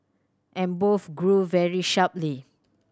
and both grew very sharply